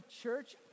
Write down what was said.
church